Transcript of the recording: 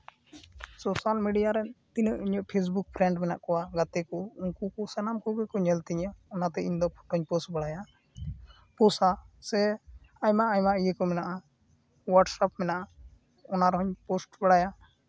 social media ᱨᱮᱱ ᱛᱤᱱᱟᱹᱜ ᱤᱧᱟᱹᱜ ᱯᱷᱮᱥᱵᱩᱠ ᱯᱨᱷᱮᱱᱰ ᱢᱮᱱᱟᱜ ᱠᱚᱣᱟ ᱜᱟᱛᱮ ᱠᱚ ᱩᱱᱠᱩ ᱠᱚ ᱥᱟᱱᱟᱢ ᱠᱚᱜᱮ ᱠᱚ ᱧᱮᱞ ᱛᱤᱧᱟᱹ ᱚᱱᱟᱛᱮ ᱤᱧᱫᱚ ᱯᱷᱚᱴᱳᱧ ᱯᱳᱥᱴ ᱵᱟᱲᱟᱭᱟ ᱯᱳᱥᱴᱟᱜ ᱥᱮ ᱟᱭᱢᱟ ᱟᱭᱢᱟ ᱤᱭᱟᱹ ᱠᱚ ᱢᱮᱱᱟᱜᱼᱟ ᱚᱣᱟᱴᱥᱚᱯ ᱢᱮᱱᱟᱜᱼᱟ ᱚᱱᱟ ᱨᱮᱦᱚᱧ ᱯᱳᱥᱴ ᱵᱟᱲᱟᱭᱟ